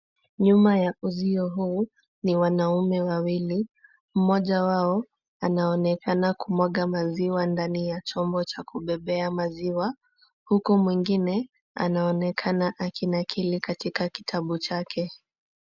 Nyuma ya uzio huu, ni wanaume wawili. Mmoja wao anaonekana kumwaga maziwa ndani ya chombo cha kubebea maziwa, huku mwingine anaonekana akinakili katika kitabu chake.